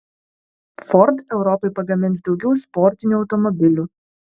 ford europai pagamins daugiau sportinių automobilių